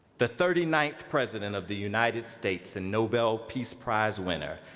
the thirty ninth president of the united states and nobel peace prize winner,